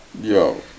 Yo